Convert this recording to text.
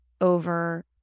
over